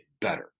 better